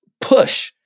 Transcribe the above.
push